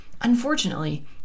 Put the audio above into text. Unfortunately